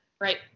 Right